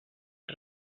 els